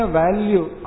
value